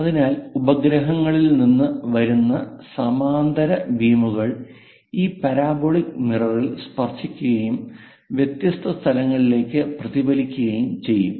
അതിനാൽ ഉപഗ്രഹങ്ങളിൽ നിന്ന് വരുന്ന സമാന്തര ബീമുകൾ ഈ പരാബോളിക് മിററിൽ സ്പർശിക്കുകയും വ്യത്യസ്ത സ്ഥലങ്ങളിലേക്ക് പ്രതിഫലിപ്പിക്കുകയും ചെയ്യും